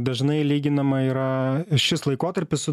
dažnai lyginama yra šis laikotarpis su